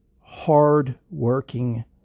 hard-working